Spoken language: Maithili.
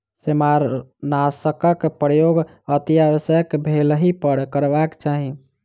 सेमारनाशकक प्रयोग अतिआवश्यक भेलहि पर करबाक चाही